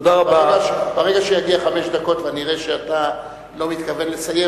ברגע שיגיע סוף חמש הדקות ואני אראה שאתה לא מתכוון לסיים,